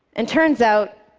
it turns out,